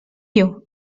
you